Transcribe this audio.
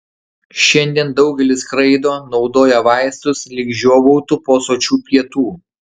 šiandien daugelis skraido naudoja vaistus lyg žiovautų po sočių pietų